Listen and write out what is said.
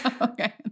Okay